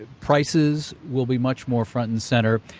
and prices will be much more front and center.